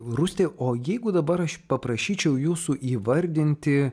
rūsti o jeigu dabar aš paprašyčiau jūsų įvardinti